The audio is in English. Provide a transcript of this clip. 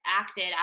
acted